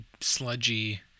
Sludgy